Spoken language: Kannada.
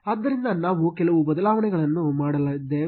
ಆದ್ದರಿಂದ ನಾವು ಕೆಲವು ಬದಲಾವಣೆಗಳನ್ನು ಮಾಡಲಿದ್ದೇವೆ